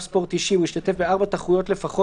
ספורט אישי - הוא השתתף ב-4 תחרויות לפחות